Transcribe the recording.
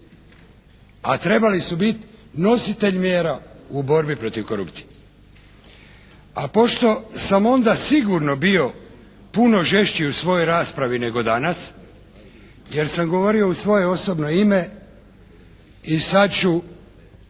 a trebali su biti nositelj mjera u borbi protiv korupcije. A pošto sam onda sigurno bio puno žešći u svojoj raspravi nego danas jer sam govorio u svoje osobno ime i sad ću